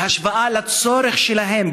בהשוואה לצורך בהם,